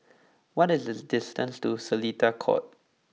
what is the distance to Seletar Court